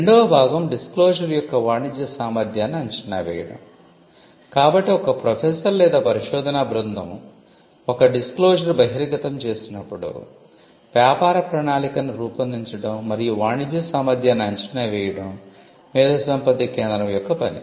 రెండవ భాగం డిస్క్లోశర్ బహిర్గతం చేసినప్పుడు వ్యాపార ప్రణాళికను రూపొందించడం మరియు వాణిజ్య సామర్థ్యాన్ని అంచనా వేయడం మేధోసంపత్తి కేంద్రం యొక్క పని